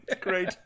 Great